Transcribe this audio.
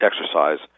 exercise